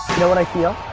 know what i feel?